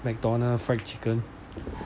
McDonald's fried chicken